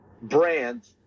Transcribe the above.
brand